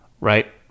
right